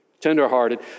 tenderhearted